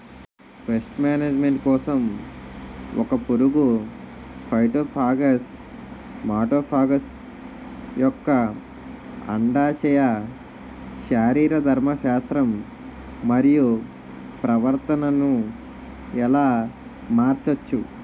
Paste management కోసం ఒక పురుగు ఫైటోఫాగస్హె మటోఫాగస్ యెక్క అండాశయ శరీరధర్మ శాస్త్రం మరియు ప్రవర్తనను ఎలా మార్చచ్చు?